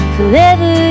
Forever